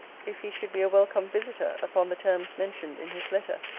if he should be a welcome visiter, upon the terms mentioned in his letter?